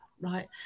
right